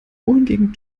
wohingegen